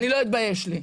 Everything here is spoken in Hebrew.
אני לא אתבייש לי,